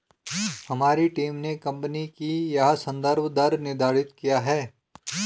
हमारी टीम ने कंपनी का यह संदर्भ दर निर्धारित किया है